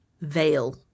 veil